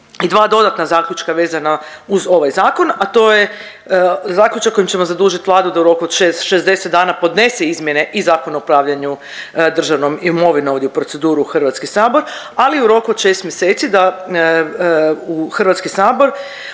i dva dodatna zaključka vezana uz ovaj zakon, a to je zaključak kojim ćemo zadužit Vladu da u roku od 60 dana podnese izmjene iz Zakona o upravljanju državnom imovinom ovdje u proceduru u HS, ali u roku od 6 mjeseci da u HS uputi